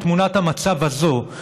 את תמונת המצב הזאת,